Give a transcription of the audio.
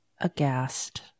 aghast